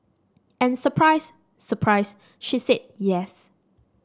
and surprise surprise she said yes